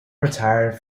retired